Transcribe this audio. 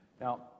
Now